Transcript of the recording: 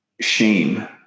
shame